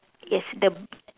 yes the